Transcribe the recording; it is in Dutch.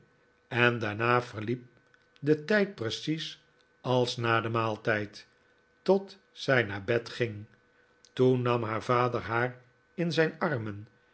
en daarna verliep de tijd precies als na den maaltijd tot zij naar bed ging toen nam haar vader haar in zijn armen